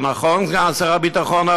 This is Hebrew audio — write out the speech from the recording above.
זה נכון, סגן שר הביטחון?